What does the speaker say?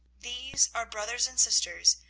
these are brothers and sisters,